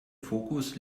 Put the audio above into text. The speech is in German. fokus